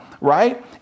right